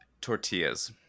tortillas